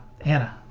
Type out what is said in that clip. anna